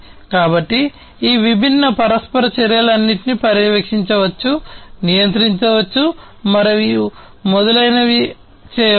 కాబట్టి ఈ విభిన్న పరస్పర చర్యలన్నింటినీ పర్యవేక్షించవచ్చు నియంత్రించవచ్చు మరియు మొదలైనవి చేయవచ్చు